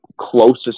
closest